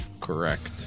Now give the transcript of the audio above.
Correct